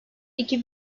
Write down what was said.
iki